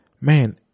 man